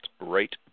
right